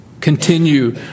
Continue